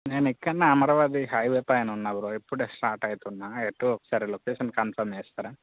నేను ఇక్కడనే అమరావతి హైవే పైన ఉన్నా బ్రో ఇప్పుడే స్టార్ట్ అవుతున్నా ఎటు ఒకసారి లొకేషన్ కన్ఫార్మ్ చేస్తారా